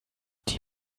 die